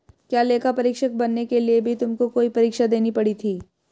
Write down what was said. क्या लेखा परीक्षक बनने के लिए भी तुमको कोई परीक्षा देनी पड़ी थी?